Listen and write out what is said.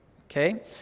okay